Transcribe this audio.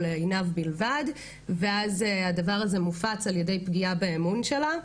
לעיניו בלבד ואז הדבר הזה מופץ על ידי פגיעה באמון שלה.